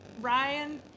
Ryan